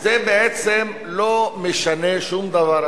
זה לא משנה שום דבר,